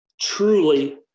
truly –